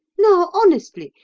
now, honestly,